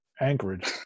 Anchorage